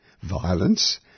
violence